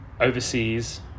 overseas